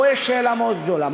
פה יש שאלה מאוד גדולה.